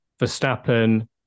Verstappen